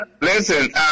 Listen